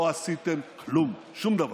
לא עשיתם כלום, שום דבר.